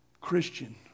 Christian